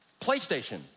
PlayStation